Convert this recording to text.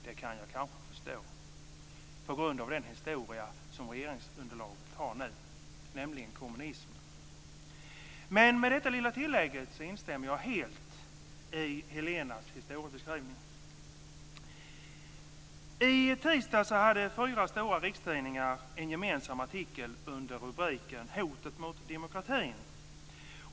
Det kan jag kanske förstå med tanke på den historiska bakgrund som regeringsunderlaget har, nämligen kommunismen. Med detta tillägg instämmer jag helt i Helena I tisdags hade fyra stora rikstidningar en gemensam artikel under rubriken "Hotet mot demokratin".